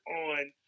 on